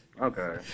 Okay